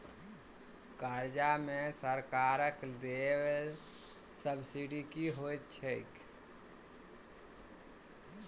कर्जा मे सरकारक देल सब्सिडी की होइत छैक?